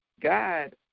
God